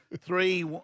Three